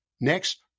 Next